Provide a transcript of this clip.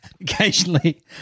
Occasionally